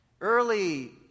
Early